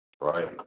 right